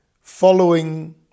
following